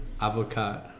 avocado